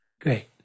great